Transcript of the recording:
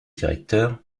directeur